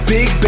Big